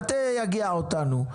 אל תייגע אותנו,